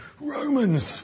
Romans